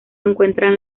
encuentran